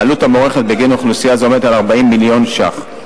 העלות המוערכת בגין אוכלוסייה זו עומדת על 40 מיליון שקלים.